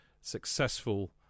successful